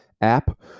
app